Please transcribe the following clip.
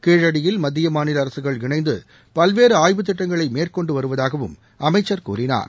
கீழடியில் மத்திய மாநில அரசுகள் இணைந்து பல்வேறு ஆய்வுத்திட்டங்களை மேற்கொண்டு வருவதாகவும் அமைச்சர் கூறினார்